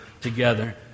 together